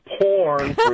porn